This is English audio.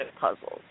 Puzzles